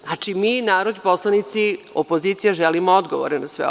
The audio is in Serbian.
Znači, mi narodni poslanici, opozicija, želimo odgovore na sve ovo.